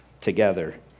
together